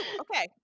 Okay